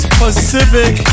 pacific